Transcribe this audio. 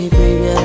baby